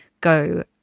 go